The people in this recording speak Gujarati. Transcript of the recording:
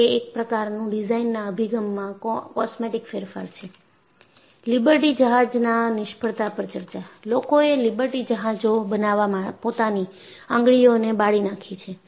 તે એક પ્રકારનું ડિઝાઇનના અભિગમમાં કોસ્મેટિક ફેરફાર છે લિબર્ટી જહાજના નિષ્ફળતા પર ચર્ચા લોકોએ લિબર્ટી જહાજો બનવા પોતાની આંગળીઓને બાળી નાખી છે